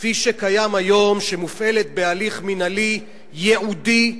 כפי שקיים היום, שמופעלת בהליך מינהלי ייעודי,